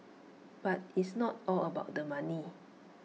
but it's not all about the money